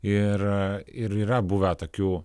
ir ir yra buvę tokių